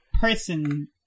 person